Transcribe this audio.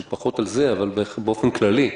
שהוא פחות על זה אבל באופן כללי,